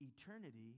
Eternity